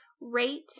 rate